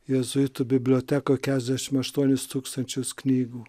jėzuitų bibliotekoj keturiasdešim aštuonis tūkstančius knygų